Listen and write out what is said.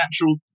natural